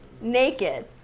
naked